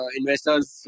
investors